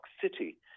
City